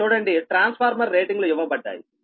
ఇక్కడ చూడండి transformer rating లు ఇవ్వబడ్డాయి